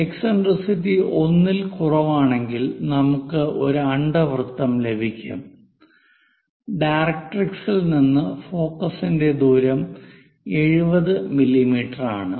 eccentricity 1 ൽ കുറവാണെങ്കിൽ നമുക്ക് ഒരു അണ്ഡവൃത്തം ലഭിക്കും ഡയറക്ട്രിക്സിൽ നിന്ന് ഫോക്കസിന്റെ ദൂരം 70 മില്ലിമീറ്ററാണ്